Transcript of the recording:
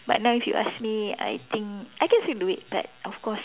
but now if you ask me I think I guess I can do it but of course